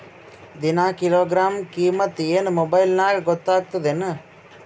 ದಿನಾ ಕಿಲೋಗ್ರಾಂ ಕಿಮ್ಮತ್ ಏನ್ ಮೊಬೈಲ್ ನ್ಯಾಗ ಗೊತ್ತಾಗತ್ತದೇನು?